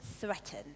threatened